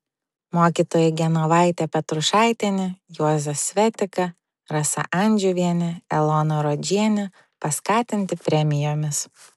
mokytojai genovaitė petrušaitienė juozas svetika rasa andžiuvienė elona rodžienė paskatinti premijomis